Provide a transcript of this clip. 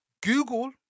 Google